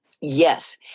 Yes